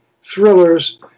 thrillers